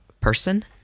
person